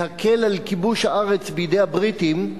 להקל את כיבוש הארץ בידי הבריטים,